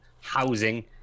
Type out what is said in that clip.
housing